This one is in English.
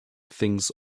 things